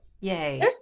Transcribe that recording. Yay